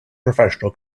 professional